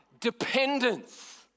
dependence